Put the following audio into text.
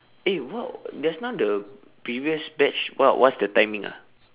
eh what just now the previous batch what what's the timing ah